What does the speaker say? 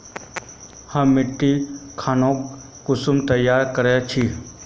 हम मिट्टी खानोक कुंसम तैयार कर छी?